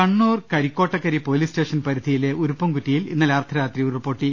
കണ്ണൂർ കരിക്കോട്ടക്കരി പൊലീസ്സ്റ്റേഷൻ പരിധിയിലെ ഉരു പ്പുംകൂറ്റിയിൽ ഇന്നലെ അർധരാത്രി ഉരുൾപ്പൊട്ടി